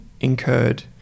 incurred